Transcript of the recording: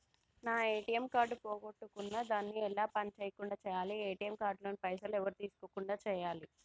నా ATM card పోగొట్టుకున్నా దాన్ని ఎలా పని చేయకుండా చేయాలి ఏ.టి.ఎమ్ కార్డు లోని పైసలు ఎవరు తీసుకోకుండా చేయాలి?